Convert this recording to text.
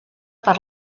per